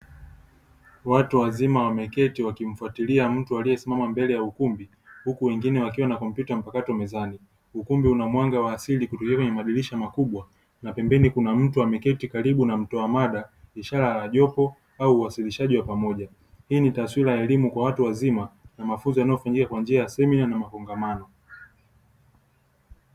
Watu wazima wameketi wakimfatilia mtu aliyesimama mbele ya ukumbi huku wengine wakiwa na kompyuta mpakato mezani. Ukumbi una mwanga wa asili kutokea kwenye madirisha makubwa na pembeni kuna mtu ameketi karibu na mtoa mada ishara ya jopo au uwasilishaji wa pamoja. Hii ni taswira ya elimu kwa watu wazima na mafunzo yanayofanyika kwa njia ya semina na makongamano.